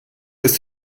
ist